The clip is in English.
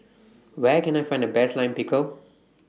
Where Can I Find The Best Lime Pickle